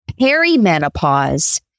Perimenopause